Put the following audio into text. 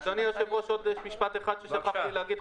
אדוני היושב ראש, עוד משפט חשוב ששכחתי להגיד.